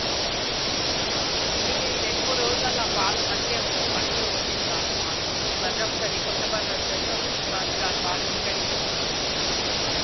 నేను ఈ రెండు మూడు రోజులలో పాలు మంచిగా మంచిగా పోయిస్తాను బర్రె వస్తుంది కొత్త బర్రె వస్తుంది వచ్చిన తరువాత దాని పాలు చిక్కటివి పోస్తాం